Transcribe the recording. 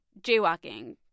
jaywalking